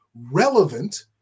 relevant